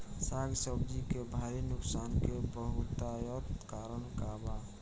साग सब्जी के भारी नुकसान के बहुतायत कारण का बा?